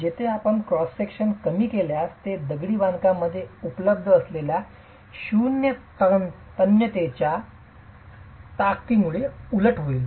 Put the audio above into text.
येथे आपण cross section कमी केल्यास ते दगडी बांधकाम मध्ये उपलब्ध असलेल्या शून्य तन्यतेच्या ताकदीमुळे उलट होईल